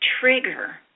trigger